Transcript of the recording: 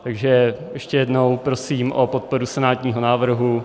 Takže ještě jednou prosím o podporu senátního návrhu.